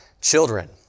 children